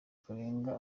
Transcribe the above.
karenga